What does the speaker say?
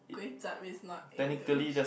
Kway-Chup is not English